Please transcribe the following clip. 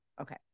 okay